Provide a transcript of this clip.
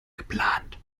geplant